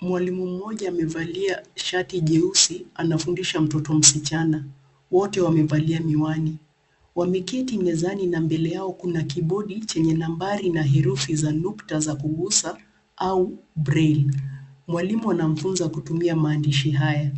Mwalimu mmoja amevaa shati jeusi anamfundisha mtoto msichana. Wote wamevaa miwani. Wameketi mezani na mbele yao kuna kibodi chenye nambari na herufi za nukta za kugusa au braille . Mwalimu anafundisha kutumia maandishi haya.